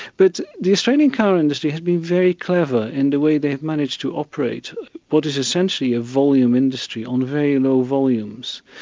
but the australian car industry has been very clever in the way they have managed to operate what is essentially a volume industry on very low volumes,